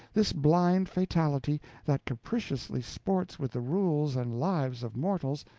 this blind fatality, that capriciously sports with the rules and lives of mortals,